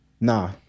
nah